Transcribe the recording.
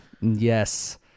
Yes